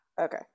okay